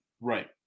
Right